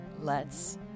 lets